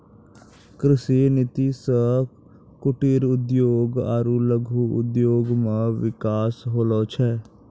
कृषि नीति से कुटिर उद्योग आरु लघु उद्योग मे बिकास होलो छै